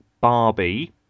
Barbie